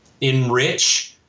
enrich